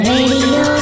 Radio